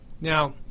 Now